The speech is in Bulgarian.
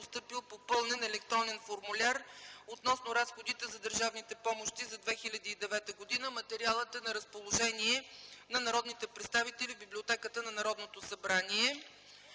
е постъпил попълнен Електронен формуляр относно разходите за държавните помощи за 2009 г. Материалът е на разположение на народните представители в Библиотеката на Народното събрание.